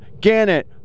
Gannett